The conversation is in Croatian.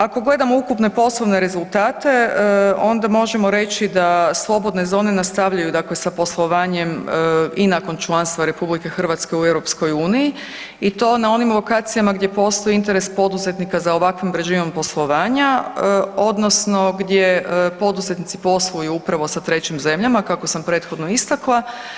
Ako gledamo ukupne poslovne rezultate onda možemo reći da slobodne zone nastavljaju dakle sa poslovanjem i nakon članstva RH u EU i to na onim lokacijama gdje postoji interes poduzetnika za ovakvim režimom poslovanja odnosno gdje poduzetnici posluju upravo sa trećim zemljama kako sam prethodno istakla.